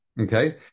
Okay